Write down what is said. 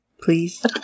Please